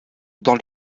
dans